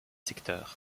secteurs